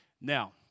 Now